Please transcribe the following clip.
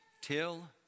till